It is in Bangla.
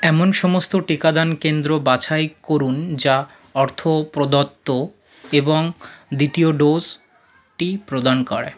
এমন সমস্ত টিকাদান কেন্দ্র বাছাই করুন যা অর্থ প্রদত্ত এবং দ্বিতীয় ডোজটি প্রদান করে